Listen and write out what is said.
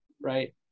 right